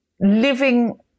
living